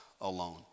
alone